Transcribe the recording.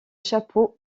chapeau